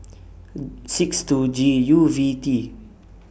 six two G U V T